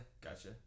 gotcha